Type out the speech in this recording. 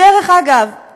דרך אגב,